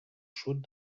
sud